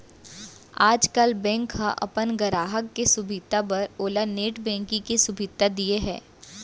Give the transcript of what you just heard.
आजकाल बेंक ह अपन गराहक के सुभीता बर ओला नेट बेंकिंग के सुभीता दिये हे